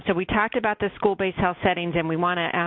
so we talked about the school-based health settings and we want to